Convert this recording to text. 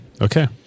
okay